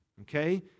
okay